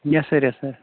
yes sir yes sir